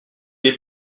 est